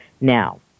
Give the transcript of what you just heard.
now